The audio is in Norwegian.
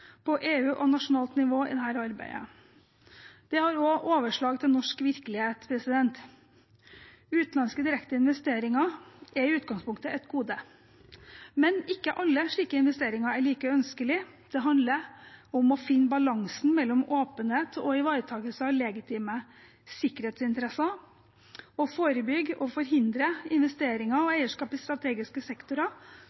på EU-nivå og nasjonalt nivå i dette arbeidet. Det har også overslag til norsk virkelighet. Utenlandske direkteinvesteringer er i utgangspunktet et gode, men ikke alle slike investeringer er like ønskelige. Det handler om å finne balansen mellom åpenhet og ivaretagelse av legitime sikkerhetsinteresser og å forebygge og forhindre investeringer og